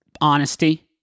Honesty